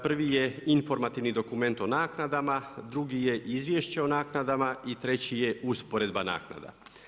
Prvi je informativni dokument o naknadama, drugi je izvješća o naknadama i treći je usporedba naknada.